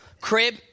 Crib